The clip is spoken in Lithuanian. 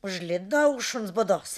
užlindo už šuns būdos